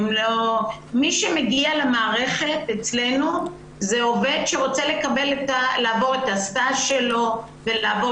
מי שמגיע למערכת אצלנו זה עובד שרוצה לעבור את הסטאז' שלו ולעבור